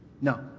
No